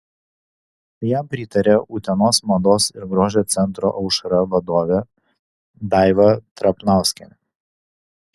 jam pritarė utenos mados ir grožio centro aušra vadovė daiva trapnauskienė